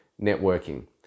networking